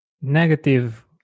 negative